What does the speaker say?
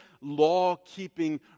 law-keeping